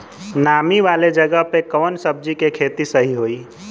नामी वाले जगह पे कवन सब्जी के खेती सही होई?